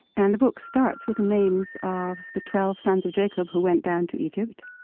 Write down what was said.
and the book starts with the names of the twelve sons of jacob who went down to egypt.